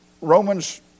Romans